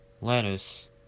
lettuce